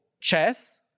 chess